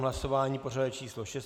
Hlasování pořadové číslo 6.